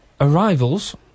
arrivals